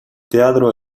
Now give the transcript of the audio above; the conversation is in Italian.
teatro